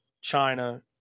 China